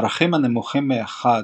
ערכים הנמוכים מאחד,